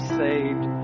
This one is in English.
saved